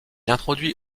introduit